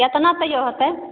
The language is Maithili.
केतना तैयो होतै